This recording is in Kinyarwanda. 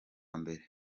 mbere